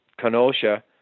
Kenosha